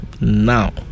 now